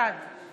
בעד